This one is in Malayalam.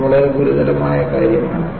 ഇത് വളരെ ഗുരുതരമായ കാര്യമാണ്